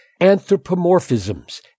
anthropomorphisms